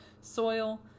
soil